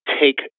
take